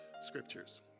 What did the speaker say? scriptures